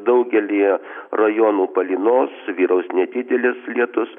daugelyje rajonų palynos vyraus nedidelis lietus